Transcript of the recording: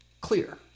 clear